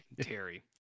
Terry